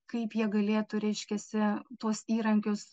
kaip jie galėtų reiškiasi tuos įrankius